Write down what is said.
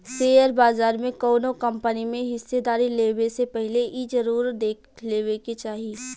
share बाजार में कौनो कंपनी में हिस्सेदारी लेबे से पहिले इ जरुर देख लेबे के चाही